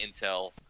intel